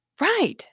Right